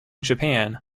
japan